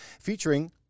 featuring